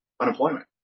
unemployment